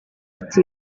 ati